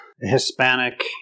Hispanic